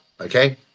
okay